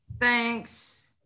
thanks